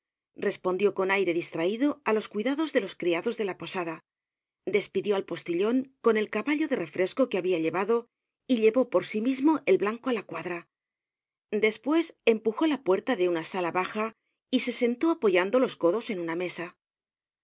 respondió con aire distraido á los cuidados he los criados de la posada despidió al postillon con el caballo de refresco que habia llevado y llevó por sí mismo el blanco á la cuadra despues empujó la puerta de una sala baja y se sentó apoyando los codos en una mesa